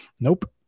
Nope